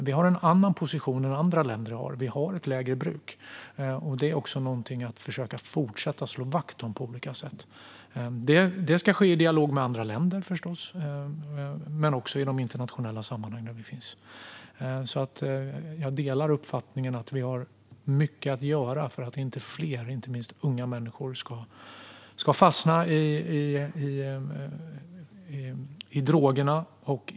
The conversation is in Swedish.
Vi har en annan position än vad andra länder har - vi har ett lägre bruk - och det är någonting att fortsätta försöka slå vakt om på olika sätt. Det ska förstås ske i dialog med andra länder men också i de internationella sammanhangen. Jag delar alltså uppfattningen att vi har mycket att göra för att inte fler ska fastna i drogerna, och det gäller inte minst unga människor.